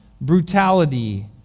brutality